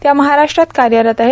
त्या महाराष्ट्रात कार्यरत आहेत